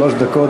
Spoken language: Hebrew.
שלוש דקות.